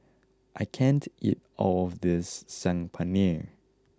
I can't eat all of this Saag Paneer